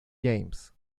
james